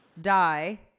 die